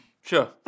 Sure